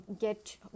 get